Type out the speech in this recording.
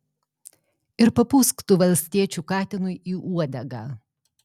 ir papūsk tu valstiečių katinui į uodegą